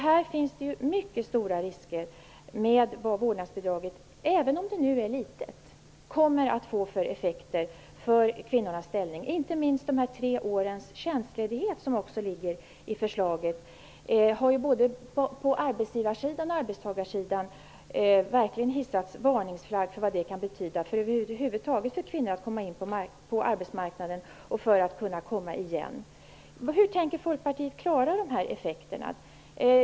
Här finns det mycket stora risker med vårdnadsbidraget, även om det är litet, bl.a. i fråga om effekter för kvinnornas ställning. Det gäller inte minst förslaget om tre års tjänstledighet, där både arbetsgivar och arbetstagarsidan har hissat varningsflagg för vad det kan betyda för kvinnornas möjligheter att komma in på arbetsmarknaden och att komma igen. Hur tänker Folkpartiet klara de här effekterna?